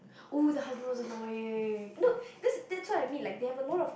!woo! the husband was annoying no just that's what I mean they have a lot of